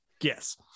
Yes